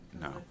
No